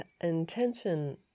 intention